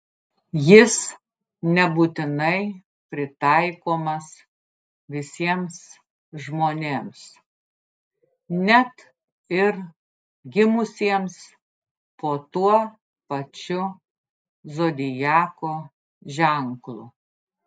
jis nebūtinai pritaikomas visiems žmonėms net ir gimusiems po tuo pačiu zodiako ženklu